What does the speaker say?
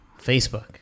Facebook